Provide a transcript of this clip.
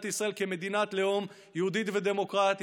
ישראל כמדינת לאום יהודית ודמוקרטית,